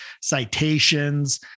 Citations